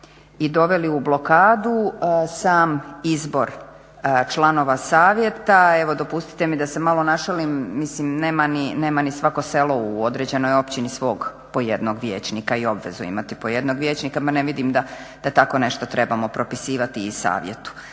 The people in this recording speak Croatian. i doveli u blokadu sam izbor članova savjeta. Evo dopustite mi da se malo našalim, mislim nema ni svako selo u određenoj općini vog po jednog vijećnika i obvezu imati po jednog vijećnika. Ne vidim da tako nešto trebamo propisivati i savjetu.